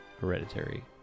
hereditary